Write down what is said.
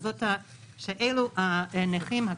מה הפרמטרים?